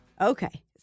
Okay